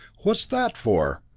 what's that for?